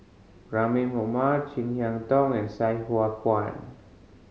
Rahim Omar Chin Harn Tong and Sai Hua Kuan